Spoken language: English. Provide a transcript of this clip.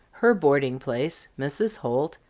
her boarding place, mrs. holt,